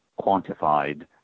quantified